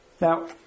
Now